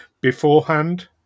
beforehand